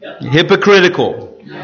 hypocritical